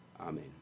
Amen